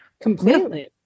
Completely